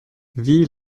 wie